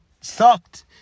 sucked